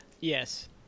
Yes